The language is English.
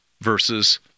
versus